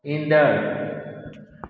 ईंदड़ु